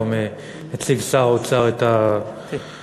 היום הציג שר האוצר את הצעתו